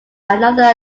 another